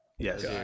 Yes